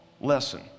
lesson